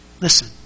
Listen